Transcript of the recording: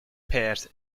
pairs